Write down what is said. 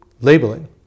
labeling